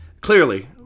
Clearly